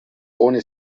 ohne